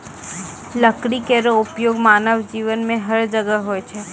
लकड़ी केरो उपयोग मानव जीवन में हर जगह होय छै